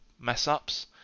mess-ups